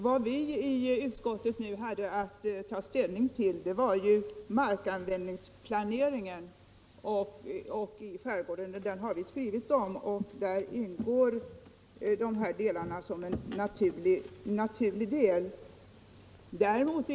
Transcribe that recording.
Vad vi i utskottet nu hade att ta ställning till var ju markanvändningsplaneringen i skärgården, där planering för den bofasta befolkningen ingår som en naturlig del.